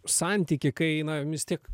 santykį kai na vis tiek